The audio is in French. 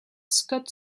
scott